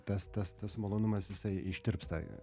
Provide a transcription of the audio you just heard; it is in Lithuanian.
tas tas tas malonumas jisai ištirpsta